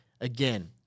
Again